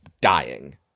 dying